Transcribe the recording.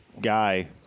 guy